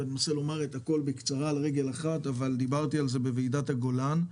משהו שדיברתי עליו גם בוועידת הגולן: